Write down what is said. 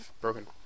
broken